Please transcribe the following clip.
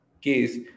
case